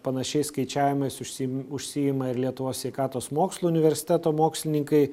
panašiais skaičiavimais užsiim užsiima ir lietuvos sveikatos mokslų universiteto mokslininkai